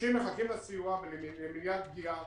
ולמניעת פגיעה.